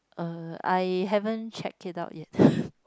err I haven't check it out yet